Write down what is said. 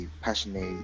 passionate